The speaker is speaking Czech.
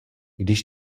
když